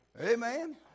Amen